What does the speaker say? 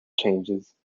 changes